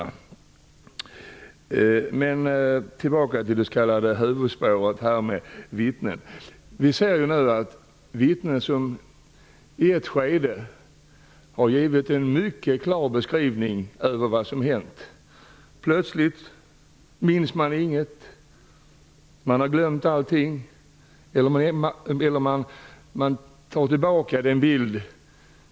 Jag skall gå tillbaka till det s.k. huvudspåret om vittnen. Vittnen som i ett skede har givit en mycket klar beskrivning över vad som har hänt minns plötsligt inte någonting. De har glömt allt.